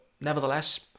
nevertheless